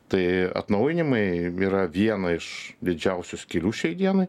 tai atnaujinimai yra viena iš didžiausių skylių šiai dienai